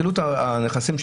חילוט הנכסים,